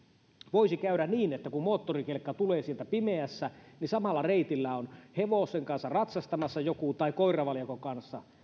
voisi käydä niin että kun moottorikelkka tulee sieltä pimeässä niin samalla reitillä on joku hevosen kanssa ratsastamassa tai koiravaljakon kanssa